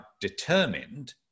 determined